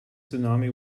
tsunami